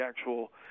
actual